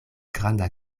granda